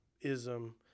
ism